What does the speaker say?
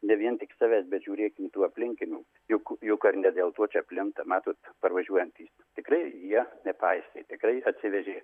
ne vien tik savęs bet žiūrėk kitų aplinkinių juk juk ar ne dėl to čia plinta matot parvažiuojantys tikrai jie nepaisė tikrai atsivežė